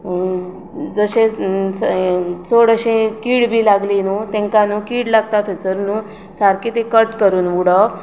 जशें चड अशें कीड बी लागली न्हू तेंका न्हू कीड लागता थंयसर न्हू सारकीं तीं कट करून उडोवप